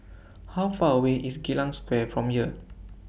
How Far away IS Geylang Square from here